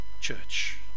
church